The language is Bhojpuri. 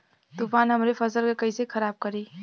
तूफान हमरे फसल के कइसे खराब करी?